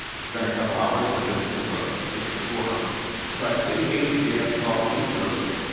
it's been a couple hours with him and took a took a tour but they basically have to call police person.